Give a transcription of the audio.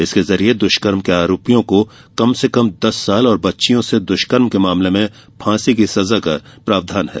इसके जरिये दुष्कर्म के दोषियों को कम से कम दस साल और बच्चियों से द्वष्कर्म के मामले में फांसी की सजा का प्रावधान है